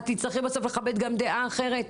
את תצטרכי בסוף לכבד גם דעה אחרת.